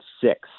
six